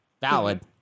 Valid